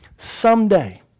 someday